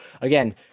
again